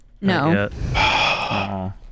No